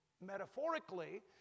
Metaphorically